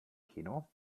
kino